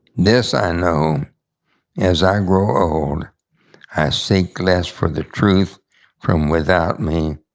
this i know as i grow old i seek less for the truth from without me,